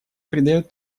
придает